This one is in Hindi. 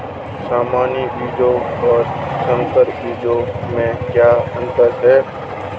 सामान्य बीजों और संकर बीजों में क्या अंतर है?